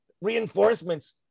reinforcements